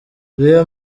real